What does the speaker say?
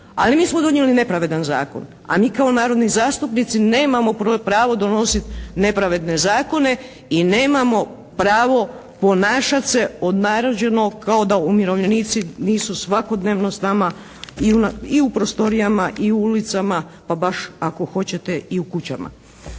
Ali mi smo donijeli nepravedan zakon. A mi kao narodni zastupnici nemamo pravo donosit nepravedne zakone i nemamo pravo ponašat se …/Govornik se ne razumije./… kao da umirovljenici nisu svakodnevno s nama i u prostorijama i u ulicama, pa baš ako hoćete i u kućama.